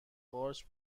قارچ